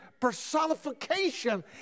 personification